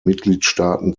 mitgliedstaaten